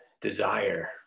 desire